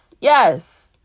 Yes